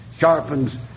sharpens